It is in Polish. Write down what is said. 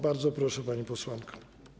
Bardzo proszę, pani posłanko.